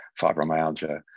fibromyalgia